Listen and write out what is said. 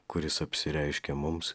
kuris apsireiškė mums